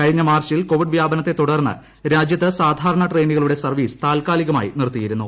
കഴിഞ്ഞ മാർച്ചിൽ കോവിഡ് വ്യാപനത്തെ തുടർന്ന് രാജ്യത്ത് സാധാരണ ട്രെയിനുകളുടെ സർവ്വീസ് താൽക്കാലികമായി നിർത്തിയിരുന്നു